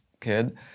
kid